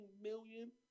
million